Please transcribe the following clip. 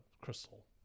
crystal